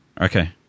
Okay